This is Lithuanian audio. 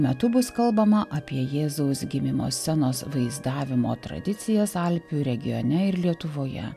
metu bus kalbama apie jėzaus gimimo scenos vaizdavimo tradicijas alpių regione ir lietuvoje